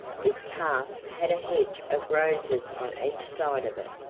this path had a hedge of roses on each side of it,